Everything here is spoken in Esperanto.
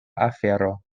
afero